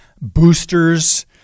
boosters